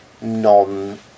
non